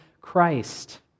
Christ